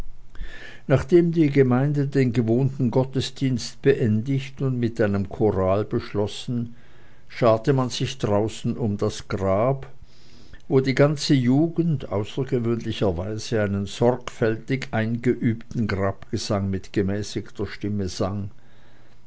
nachdem die gemeinde den gewohnten gottesdienst beendigt und mit einem choral beschlossen scharte man sich draußen um das grab wo die ganze jugend außergewöhnlicherweise einen sorgfältig eingeübten grabgesang mit gemäßigter stimme sang